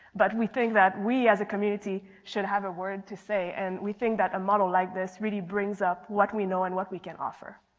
but we think that we as a community should have a word to say and we think that a model like this really brings up what we know and what we can offer.